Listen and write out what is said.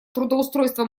трудоустройства